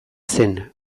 zen